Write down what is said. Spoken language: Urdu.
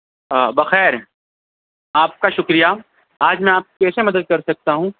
ہاں بخیر آپ کا شکریہ آج میں آپ کی کیسے مدد کر سکتا ہوں